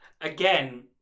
Again